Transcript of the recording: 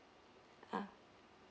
ah